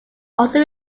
also